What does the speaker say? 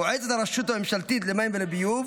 מועצת הרשות הממשלתית למים ולביוב,